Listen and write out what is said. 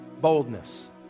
boldness